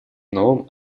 новым